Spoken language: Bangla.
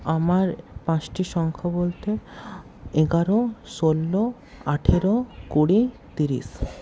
আমার পাঁচটি সংখ্যা বলতে এগারো ষোলো আঠেরো কুড়ি তিরিশ